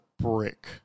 brick